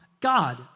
God